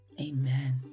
Amen